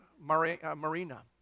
Marina